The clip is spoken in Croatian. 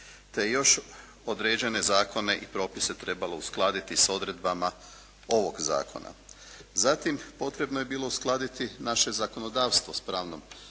je još određene zakone i propise trebalo uskladiti s odredbama ovog zakona. Zatim, potrebno je bilo uskladiti naše zakonodavstvo s pravnom